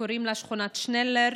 שקוראים לה שכונת שנלר.